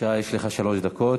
בבקשה, יש לך שלוש דקות.